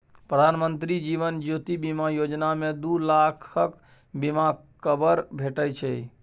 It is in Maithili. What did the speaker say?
प्रधानमंत्री जीबन ज्योती बीमा योजना मे दु लाखक बीमा कबर भेटै छै